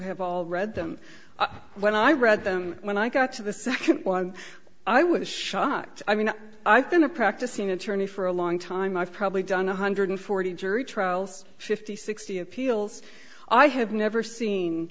have all read them when i read them when i got to the second one i was shocked i mean i've been a practicing attorney for a long time i've probably done one hundred forty jury trials fifty sixty appeals i have never seen